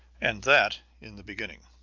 and that in the beginning.